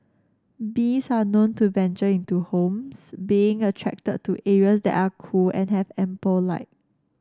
bees are known to venture into homes being attracted to areas that are cool and have ample light